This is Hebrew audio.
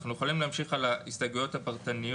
אנחנו יכולים להמשיך להצביע על ההסתייגויות הפרטניות